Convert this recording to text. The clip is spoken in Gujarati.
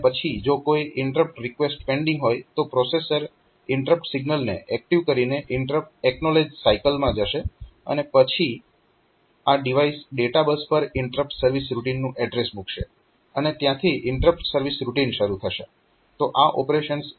અને પછી જો કોઈ ઇન્ટરપ્ટ રિકવેસ્ટ પેન્ડીંગ હોય તો પ્રોસેસર INTR સિગ્નલને એક્ટીવ કરીને ઇન્ટરપ્ટ એક્નોલેજ સાઇકલ માં જશે અને પછી આ ડીવાઈસ ડેટા બસ પર ઇન્ટરપ્ટ સર્વિસ રૂટીનનું એડ્રેસ મુકશે અને ત્યાંથી ઇન્ટરપ્ટ સર્વિસ રૂટિન શરૂ થશે